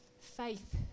faith